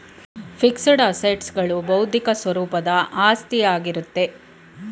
fixed assets ಗಳು ಬೌದ್ಧಿಕ ಸ್ವರೂಪದ ಆಸ್ತಿಯಾಗಿರುತ್ತೆ